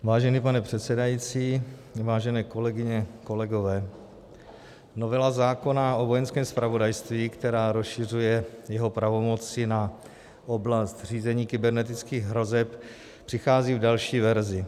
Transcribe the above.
Vážený pane předsedající, vážené kolegyně, kolegové, novela zákona o Vojenském zpravodajství, která rozšiřuje jeho pravomoci na oblast řízení kybernetických hrozeb, přichází v další verzi.